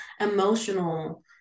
emotional